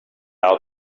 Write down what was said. out